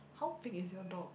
how big is your dog